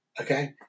okay